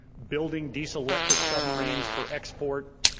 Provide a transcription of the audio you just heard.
building diesel electric submarines for export.